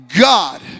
God